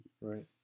Right